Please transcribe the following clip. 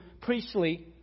priestly